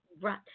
Right